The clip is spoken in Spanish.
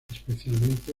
especialmente